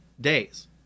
days